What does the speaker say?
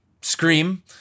Scream